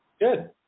Good